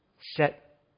Set